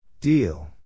Deal